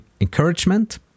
encouragement